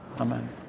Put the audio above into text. Amen